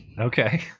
Okay